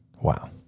wow